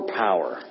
power